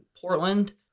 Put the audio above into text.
Portland